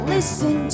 Listen